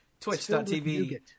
Twitch.tv